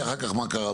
וכו'